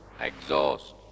exhaust